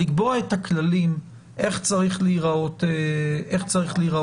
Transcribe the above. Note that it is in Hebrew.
לקבוע את הכללים איך צריך להיראות הדוח.